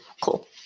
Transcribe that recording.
cool